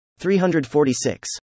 346